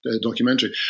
documentary